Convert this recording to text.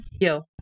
yo